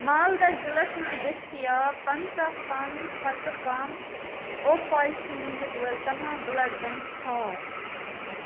مالدہ ضِلعس مَنٛز دٔستیاب پَنٛژاہ کم کھۄتہٕ کم او پازِٹِیٛوٗ یوٗنِٹ وٲلۍ تمام بُلڈ بیٚنک ژھار